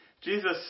Jesus